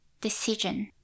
Decision